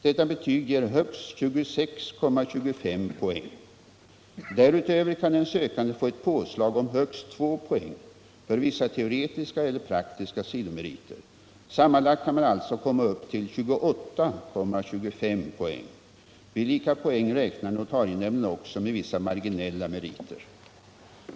Detta betyg ger högst 26,25 poäng. Därutöver kan en sökande få ett påslag om högst två poäng för vissa teoretiska eller praktiska sidomeriter. Sammanlagt kan man alltså komma upp till 28,25 poäng. Vid lika poäng räknar notarienämnden också med vissa marginella meriter.